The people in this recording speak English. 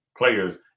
players